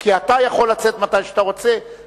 אתה יכול לצאת מתי שאתה רוצה,